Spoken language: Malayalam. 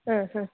ആ ഹാ